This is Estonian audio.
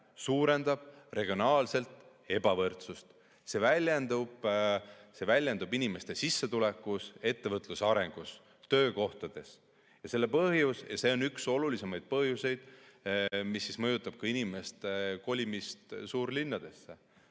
suurendab regionaalset ebavõrdsust. See väljendub inimeste sissetulekus, ettevõtluse arengus, töökohtades. Ja see on üks olulisemaid põhjuseid, mis mõjutab inimeste kolimist suurlinnadesse